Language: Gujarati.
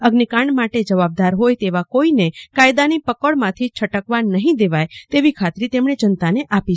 અગ્નિકાંડ માટે જવાબદાર હોય તેવા કોઈને કાયદાની પક્કડમાંથી છટકવા નહીં દેવાય તેવી ખાતરી તેમજ્ઞે જનતાને આપી છે